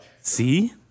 See